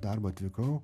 darbą atlikau